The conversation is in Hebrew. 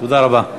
תודה רבה.